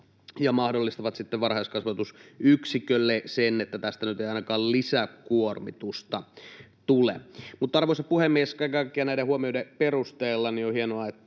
ja mahdollistavat sitten varhaiskasvatusyksikölle sen, että niistä nyt ei ainakaan lisäkuormitusta tule. Mutta, arvoisa puhemies, kaiken kaikkiaan näiden huomioiden perusteella on hienoa,